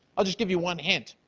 i'll just give you one hint.